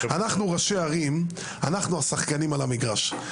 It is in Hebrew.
אנחנו ראשי הערים, אנחנו השחקנים על המגרש.